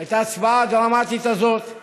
את ההצבעה הדרמטית הזאת על